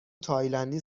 تایلندی